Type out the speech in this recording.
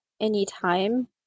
anytime